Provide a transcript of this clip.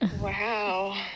Wow